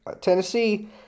Tennessee